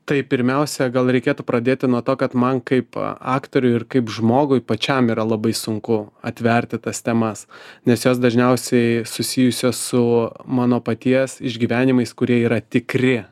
tai pirmiausia gal reikėtų pradėti nuo to kad man kaip aktoriui ir kaip žmogui pačiam yra labai sunku atverti tas temas nes jos dažniausiai susijusios su mano paties išgyvenimais kurie yra tikri